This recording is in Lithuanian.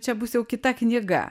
čia bus jau kita knyga